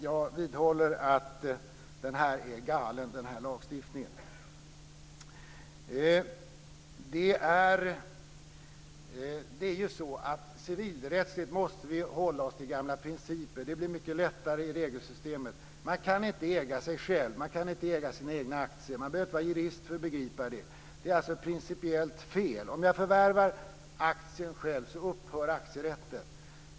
Jag vidhåller att den här lagstiftningen är galen. Civilrättsligt måste vi hålla oss till gamla principer. Det blir mycket lättare i regelsystemet. Man kan inte äga sig själv. Man kan inte äga sina egna aktier. Man behöver inte vara jurist för att begripa det. Det är alltså principiellt fel. Om jag förvärvar aktien själv upphör aktierätten.